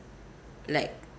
like